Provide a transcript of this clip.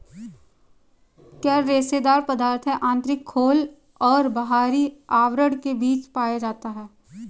coir रेशेदार पदार्थ है आंतरिक खोल और बाहरी आवरण के बीच पाया जाता है